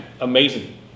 amazing